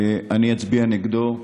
אני אצביע נגדו,